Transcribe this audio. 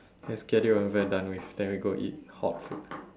let's get it over and done with it then we go eat hot food